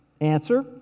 Answer